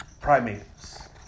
primates